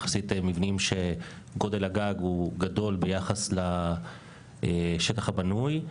מבנים שגודל הגג בהם הוא גדול ביחס לשטח הבנוי.